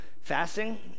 fasting